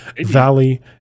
Valley